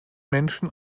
menschen